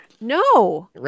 No